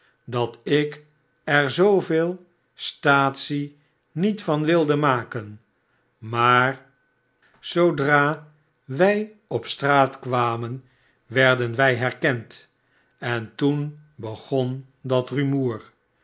dat ik er zooveel staatsie niet van wilde maken maar zoodra wij op straat kwamen werden wij herkend en toen begon dat rumoer